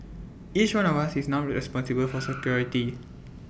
each one of us is now responsible for security